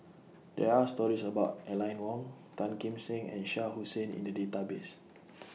There Are stories about Aline Wong Tan Kim Seng and Shah Hussain in The Database